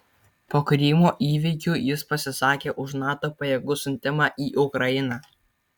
po krymo įvykių jis pasisakė už nato pajėgų siuntimą į ukrainą